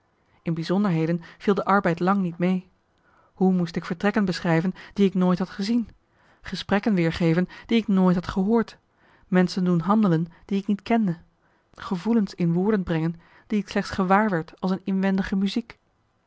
in bijzonderheden viel de arbeid lang niet mee hoe moest ik vertrekken beschrijven die ik nooit had gezien gesprekken weergeven die ik nooit had gehoord menschen doen handelen die ik niet kende gevoelens in woorden brengen die ik slechts gewaarwerd als een inwendige muziek